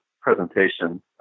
presentation